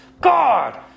God